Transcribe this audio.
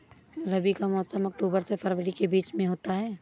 रबी का मौसम अक्टूबर से फरवरी के बीच में होता है